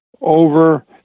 Over